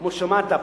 כמו ששמעת,